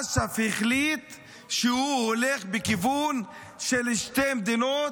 אש"ף החליט שהוא הולך בכיוון של שתי מדינות,